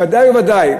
ודאי וודאי,